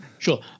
Sure